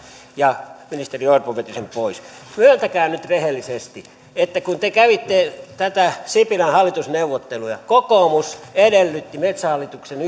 ja ministeri orpo veti sen pois myöntäkää nyt rehellisesti että kun te kävitte näitä sipilän hallitusneuvotteluja kokoomus edellytti metsähallituksen